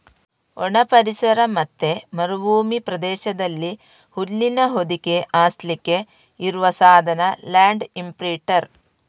ಒಣ ಪರಿಸರ ಮತ್ತೆ ಮರುಭೂಮಿ ಪ್ರದೇಶದಲ್ಲಿ ಹುಲ್ಲಿನ ಹೊದಿಕೆ ಹಾಸ್ಲಿಕ್ಕೆ ಇರುವ ಸಾಧನ ಲ್ಯಾಂಡ್ ಇಂಪ್ರಿಂಟರ್